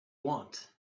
want